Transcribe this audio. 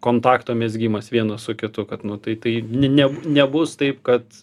kontakto mezgimas vienas su kitu kad nu tai tai ne ne nebus taip kad